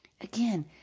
Again